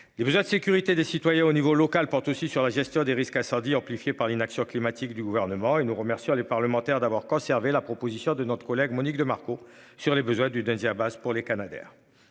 vous insécurité sécurité des citoyens au niveau local porte aussi sur la gestion des risques incendie amplifiée par l'inaction climatique du gouvernement et nous remercions les parlementaires d'avoir conservé la proposition de notre collègue Monique de Marco sur les besoins du 2ème basses pour les Canadair,